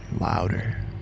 louder